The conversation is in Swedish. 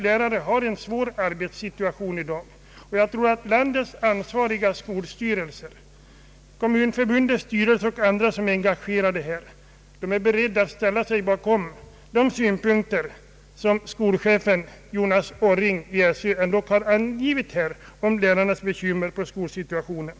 Lärarna har en svår arbetssituation i dag, och jag tror att landets ansvariga skolstyrelser och andra som är engagerade här är beredda att ställa sig bakom de synpunkter som =: skolöverstyrelsens chef Jonas Orring har angivit om lärarnas bekymmer för skolsituationen.